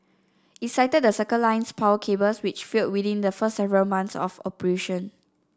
it cited the Circle Line's power cables which failed within the first several months of operation